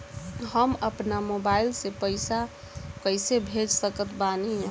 हम अपना मोबाइल से पैसा कैसे भेज सकत बानी?